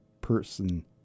person